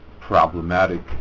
problematic